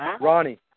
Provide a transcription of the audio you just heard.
Ronnie